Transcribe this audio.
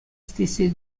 stesse